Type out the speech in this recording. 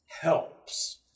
helps